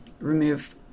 remove